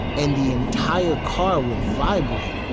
and the entire car would vibrate.